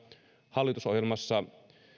hallitusohjelmassa